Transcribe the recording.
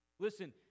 Listen